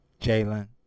Jalen